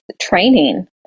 training